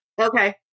Okay